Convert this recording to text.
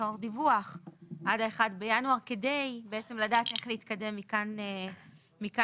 למסור דיווח עד ה-1 בינואר כדי לדעת איך להתקדם מכאן ואילך,